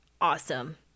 awesome